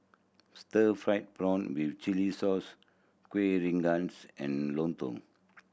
stir fried prawn with chili sauce Kuih Rengas and lontong